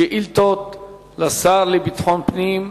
שאילתות לשר לביטחון פנים.